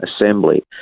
Assembly